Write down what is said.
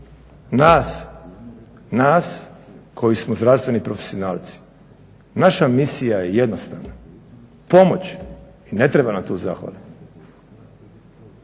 misija, nas koji smo zdravstveni profesionalci. Naša misija je jednostavna, pomoći. I ne treba nam tu zahvala.